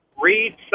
read